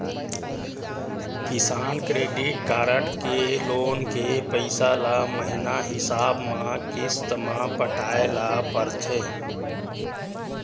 किसान credit card के loan के पइसा ल महिना हिसाब म किस्त म पटाए ल परथे